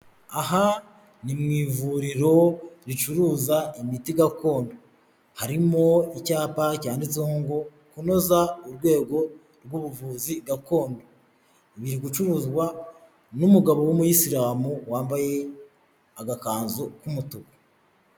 Aha ni mu ivuriro, ricuruza imiti gakondo. Harimo icyapa cyanditseho ngo: " Kunoza urwego rw'ubuvuzi gakondo." Biri gucuruzwa n'umugabo w'umuyisilamu wambaye agakanzu k'umutuku.